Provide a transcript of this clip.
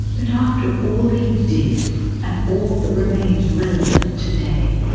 but after all he did and all that remains relevant today,